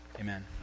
Amen